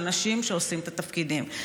של נשים שעושות את התפקידים.